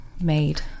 made